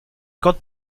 gott